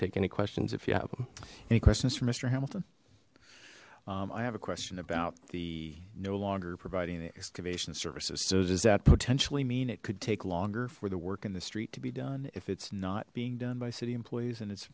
take any questions if you have them any questions for mister hamilton i have a question about the no longer providing the excavation services so does that potentially mean it could take longer for the work in the street to be done if it's not being done by city employees and it's